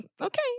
Okay